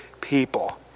people